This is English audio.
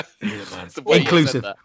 Inclusive